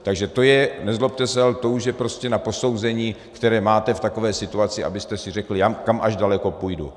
Takže to je, nezlobte se, ale to už je prostě na posouzení, které máte v takové situaci, abyste si řekli, kam až daleko půjdu.